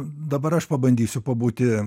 dabar aš pabandysiu pabūti